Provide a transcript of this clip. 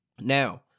Now